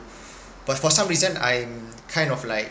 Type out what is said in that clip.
but for some reason I'm kind of like